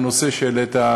הנושא שהעלית,